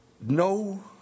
No